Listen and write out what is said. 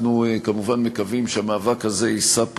אנחנו כמובן מקווים שהמאבק הזה יישא פרי.